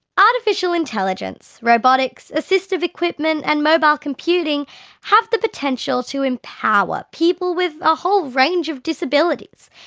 artificial intelligence, robotics, assistive equipment and mobile computing have the potential to empower people with a whole range of disabilities.